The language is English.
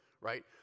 right